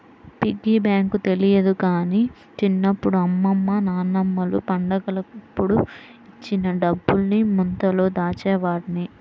piggy bank తెలియదు గానీ చిన్నప్పుడు అమ్మమ్మ నాన్నమ్మలు పండగలప్పుడు ఇచ్చిన డబ్బుల్ని ముంతలో దాచేవాడ్ని